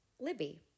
Libby